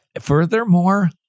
Furthermore